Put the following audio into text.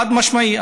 חד-משמעי.